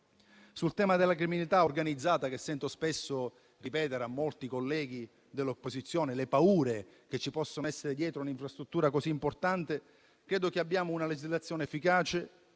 Sul tema della criminalità organizzata, che sento spesso ripetere da molti colleghi dell'opposizione, e sulle paure che possono esserci dietro un'infrastruttura così importante, credo che abbiamo una legislazione efficace